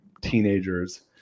teenagers